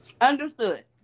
Understood